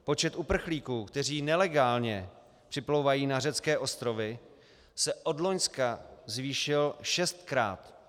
Počet uprchlíků, kteří nelegálně připlouvají na řecké ostrovy, se od loňska zvýšil šestkrát.